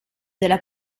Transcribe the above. della